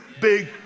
big